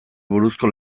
buruzko